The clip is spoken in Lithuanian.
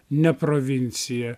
ne provincija